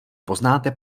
poznáte